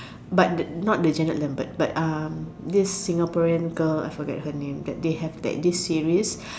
but the not the Janet Lambert but um this Singaporean girl I forget her name that they have that this series